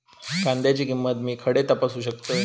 कांद्याची किंमत मी खडे तपासू शकतय?